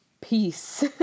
peace